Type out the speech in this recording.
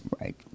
Right